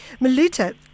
Maluta